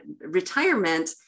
retirement